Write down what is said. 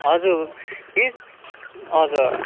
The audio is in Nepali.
हजुर मिस हजुर